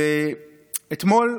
אתמול,